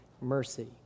mercy